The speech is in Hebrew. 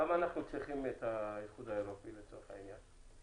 למה אנחנו צריכים את האיחוד האירופי לצורך העניין?